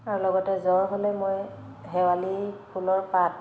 আৰু লগতে জ্বৰ হ'লে মই শেৱালি ফুলৰ পাত